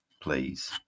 please